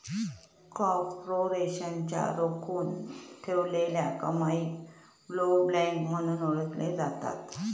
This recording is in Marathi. कॉर्पोरेशनच्या राखुन ठेवलेल्या कमाईक ब्लोबॅक म्हणून ओळखला जाता